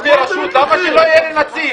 יש לי רשות, למה שלא יהיה לי נציג?